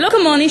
לא כמוני,